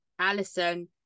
Allison